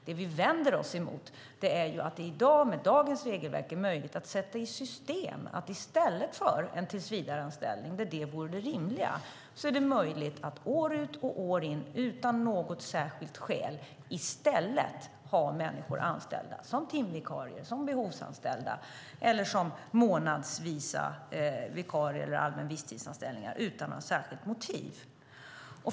Det vi vänder oss emot är att det med dagens regelverk är möjligt att sätta i system att i stället för att erbjuda tillsvidareanställningar där det vore det rimliga år ut och år in, utan något särskilt skäl, ha människor anställda som timvikarier, behovsanställda eller som vikarier på månadsbasis eller med allmänna visstidsanställningar.